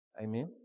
Amen